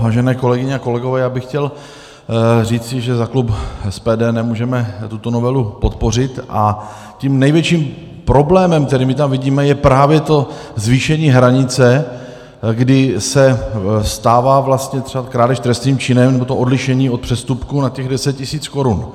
Vážené kolegyně a kolegové, já bych chtěl říci, že za klub SPD nemůžeme tuto novelu podpořit, a tím největším problémem, který tam vidíme, je právě to zvýšení hranice, kdy se stává vlastně třeba krádež trestným činem, to odlišení od přestupku na 10 tisíc korun.